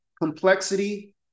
complexity